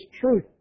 truth